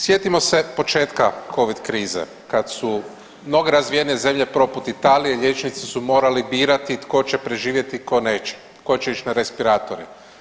Sjetimo se početka Covid krize kad su mnoge razvijenije zemlje poput Italije liječnici su morali birati tko će morati preživjeti tko neće, tko će ići na respiratore.